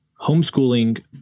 homeschooling